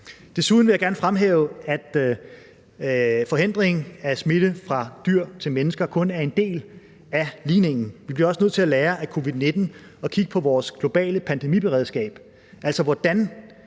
Desuden vil jeg gerne fremhæve, at forhindring af smitte fra dyr til mennesker kun er en del af ligningen. Vi bliver også nødt til at lære af covid-19 og kigge på vores globale pandemiberedskab.